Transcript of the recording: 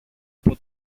από